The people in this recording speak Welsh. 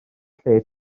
lle